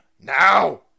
Now